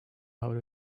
avro